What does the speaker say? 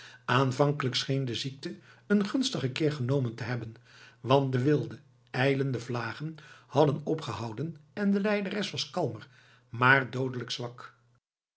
aanvankelijk scheen de ziekte een gunstiger keer genomen te hebben want de wilde ijlende vlagen hadden opgehouden en de lijderes was kalmer maar doodelijk zwak